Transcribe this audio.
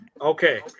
Okay